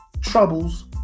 troubles